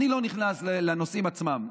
אני לא נכנס לנושאים עצמם,